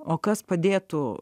o kas padėtų